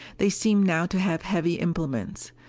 they seemed now to have heavy implements.